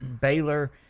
Baylor